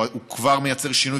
הוא כבר מייצר שינוי,